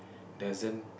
doesn't